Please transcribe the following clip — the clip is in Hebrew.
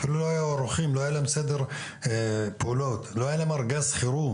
אפילו לא היה סדר פעולות, לא היה להם ארגז חירום.